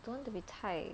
don't want to be 太